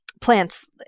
plants